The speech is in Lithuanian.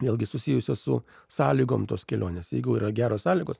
vėlgi susijusios su sąlygom tos kelionės jeigu yra geros sąlygos